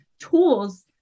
tools